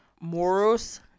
Moros